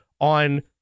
on